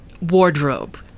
wardrobe